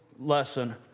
lesson